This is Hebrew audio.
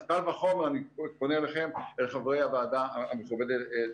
אז קל וחומר אני פונה אליכם את חברי הוועדה המכובדת הזאת.